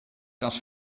das